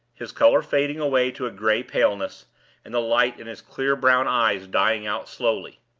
his color fading away to a gray paleness and the light in his clear brown eyes dying out slowly.